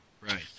Right